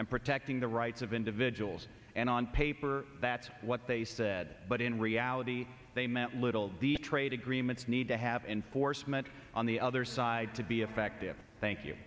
and protecting the rights of individuals and on paper that's what they said but in reality they meant little be trade agreements need to have enforcement on the other side to be effective thank you